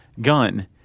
Gun